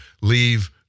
leave